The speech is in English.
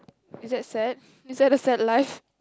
is that sad is that a sad life